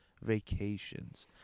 vacations